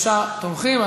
שלושה תומכים.